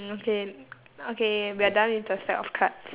okay okay we are done with the stack of cards